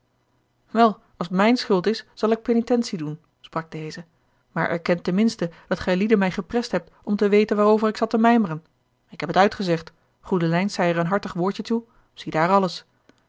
wel als t mijne schuld is zal ik penitentie doen sprak deze maar erkent ten minste dat gijlieden mij geprest hebt om te weten waarover ik zat te mijmeren ik heb het uitgezegd goedelijns zeî er een hartig woordje toe ziedaar alles